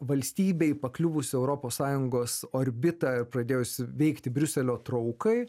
valstybei pakliuvus į europos sąjungos orbitą pradėjus veikti briuselio traukai